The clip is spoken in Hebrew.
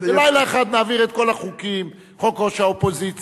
בלילה אחד נעביר את כל החוקים: חוק ראש האופוזיציה,